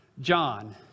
John